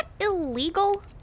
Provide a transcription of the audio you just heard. illegal